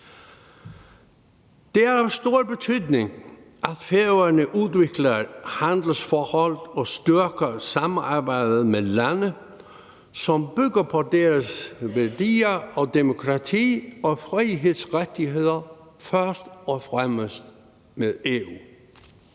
Det er af stor betydning, at Færøerne udvikler handelsforhold og styrker samarbejdet med lande, som bygger på deres værdier og demokrati og frihedsrettigheder, først og fremmest med EU.